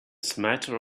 smatter